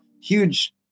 huge